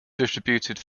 distributed